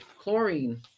Chlorine